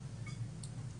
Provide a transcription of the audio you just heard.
למלוניות.